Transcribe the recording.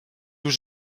was